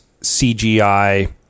CGI